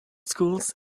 schools